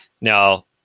Now